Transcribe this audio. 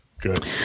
Good